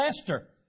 faster